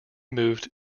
moved